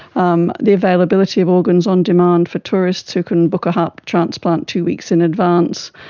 um the availability of organs on demand for tourists who can book a heart transplant two weeks in advance.